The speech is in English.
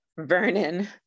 Vernon